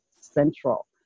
central